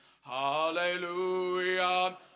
Hallelujah